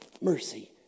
Mercy